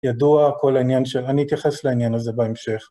ידוע, כל העניין ש... אני אתייחס לעניין הזה בהמשך.